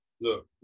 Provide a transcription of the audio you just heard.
look